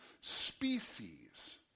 species